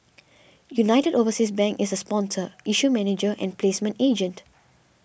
United Overseas Bank is sponsor issue manager and placement agent